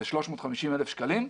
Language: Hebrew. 350,000 שקלים.